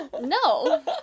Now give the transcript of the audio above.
No